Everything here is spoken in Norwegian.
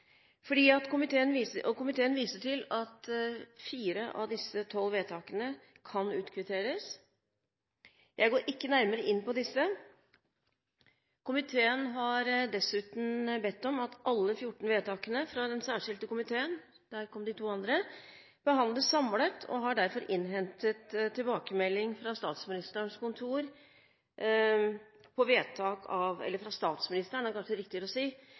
Komiteen viser til at 4 av disse 12 vedtakene kan utkvitteres. Jeg går ikke nærmere inn på disse. Komiteen har dessuten bedt om at alle 14 vedtakene fra den særskilte komiteen – der kom de to andre – behandles samlet og har derfor innhentet tilbakemelding fra statsministeren på vedtakene nr. 409 og 413. Noen av anmodningsvedtakene er det dissens om i komiteen – det er